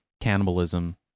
cannibalism